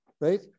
Right